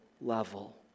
level